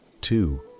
Two